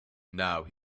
now